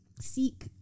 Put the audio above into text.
seek